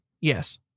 Yes